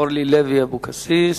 אורלי לוי אבקסיס.